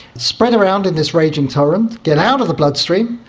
spread around in this raging torrent, get out of the bloodstream,